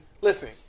listen